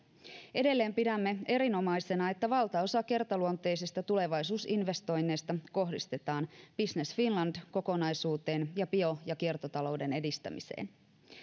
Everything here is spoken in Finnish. edelleen pidämme erinomaisena että valtaosa kertaluonteisista tulevaisuusinvestoinneista kohdistetaan business finland kokonaisuuteen ja bio ja kiertotalouden edistämiseen